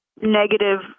negative